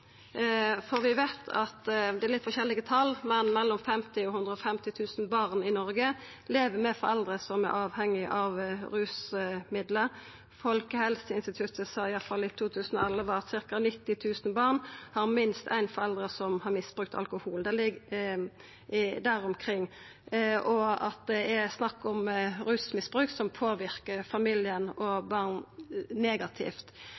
Det er litt forskjellige tal, men mellom 50 000 og 150 000 barn i Noreg lever med foreldre som er avhengige av rusmiddel. Folkehelseinstituttet sa i 2011 at ca. 90 000 barn har minst ein forelder som har misbrukt alkohol, så det ligg der omkring, og at det er snakk om rusmisbruk som påverkar familien og barna negativt.